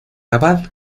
abad